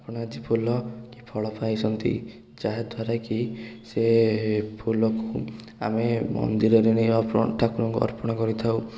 ଆପଣ ଆଜି ଫୁଲ କି ଫଳ ପାଇଛନ୍ତି ଯାହାଦ୍ଵାରା କି ସେ ଫୁଲକୁ ଆମେ ମନ୍ଦିର ନେଇ ଠାକୁରଙ୍କୁ ଅର୍ପଣ କରିଥାଉ